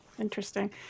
Interesting